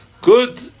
Good